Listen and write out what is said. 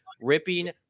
ripping